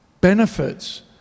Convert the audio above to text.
benefits